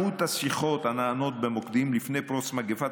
מספר השיחות שנענו במוקדים לפני פרוץ מגפת